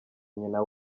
nyina